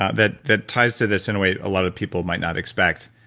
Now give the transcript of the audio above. ah that that ties to this in a way a lot of people might not expect.